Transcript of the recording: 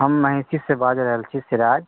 हम महिषीसँ बाजि रहल छी सिराज